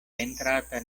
entrata